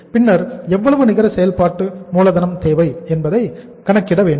பின்னர் எவ்வளவு நிகர செயல்பாட்டு மூலதனம் தேவை என்பதை கணக்கிட வேண்டும்